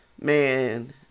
man